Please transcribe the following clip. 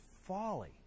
folly